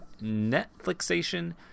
Netflixation